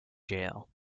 jail